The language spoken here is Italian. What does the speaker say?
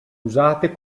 usate